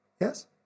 Yes